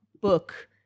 book